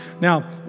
Now